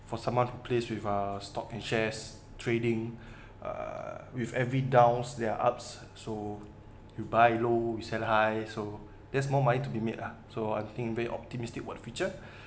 for someone who plays with uh stocks and shares trading uh with every downs their ups so who buy low who sell high so there's more money to be made ah so I think we're optimistic about future